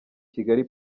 kigali